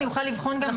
באתר האינטרנט שלנו.